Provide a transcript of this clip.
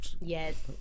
Yes